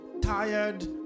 tired